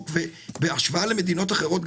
ובהשוואה למדינות אחרות,